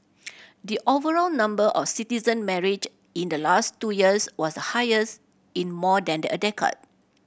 the overall number of citizen marriage in the last two years was the highest in more than the a decade